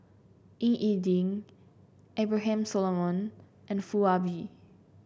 Ying E Ding Abraham Solomon and Foo Ah Bee